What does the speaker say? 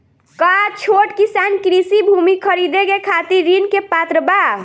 का छोट किसान कृषि भूमि खरीदे के खातिर ऋण के पात्र बा?